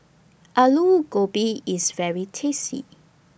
Alu Gobi IS very tasty